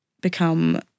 become